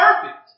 perfect